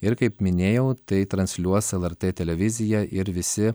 ir kaip minėjau tai transliuos lrt televizija ir visi